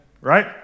Right